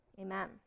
amen